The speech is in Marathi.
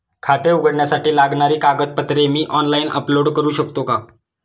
खाते उघडण्यासाठी लागणारी कागदपत्रे मी ऑनलाइन अपलोड करू शकतो का?